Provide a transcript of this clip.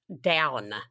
down